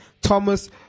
Thomas